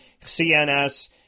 CNS